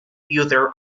user